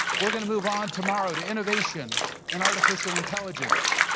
we're gonna move on tomorrow to innovation and artificial intelligence.